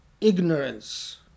ignorance